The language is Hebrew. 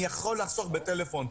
אני יכול לחסוך בטלפון.